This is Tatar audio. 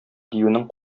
диюнең